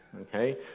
Okay